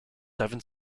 seven